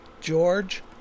George